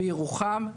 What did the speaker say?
בירוחם,